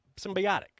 symbiotic